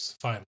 fine